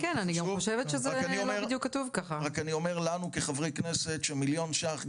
רק אני אומר לנו כחברי כנסת שמליון ש"ח,